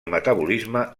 metabolisme